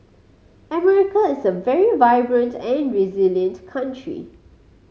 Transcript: America is a very vibrant and resilient country